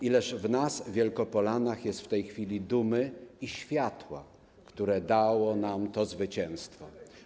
Ileż w nas, Wielkopolanach, jest w tej chwili dumy i światła, które dało nam to zwycięstwo.